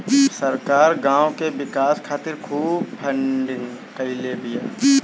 सरकार गांव के विकास खातिर खूब फंडिंग कईले बिया